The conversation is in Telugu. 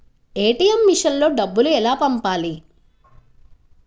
ఏ.టీ.ఎం మెషిన్లో డబ్బులు ఎలా పంపాలి?